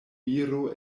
viro